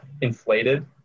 inflated